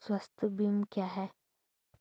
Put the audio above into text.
स्वास्थ्य बीमा क्या है?